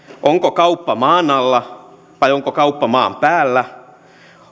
onko kauppa maan alla vai onko kauppa maan päällä